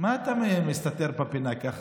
מה אתה מסתתר בפינה ככה?